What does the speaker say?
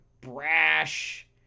brash